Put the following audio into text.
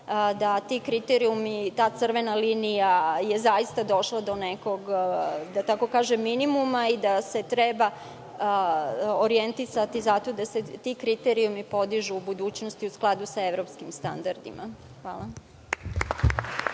su ti kriterijumi, crvena linija, zaista došli do nekog minimuma i da se treba orijentisati na to da se ti kriterijumi podižu u budućnosti, a u skladu sa evropskim standardima. Hvala.